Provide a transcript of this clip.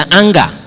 anger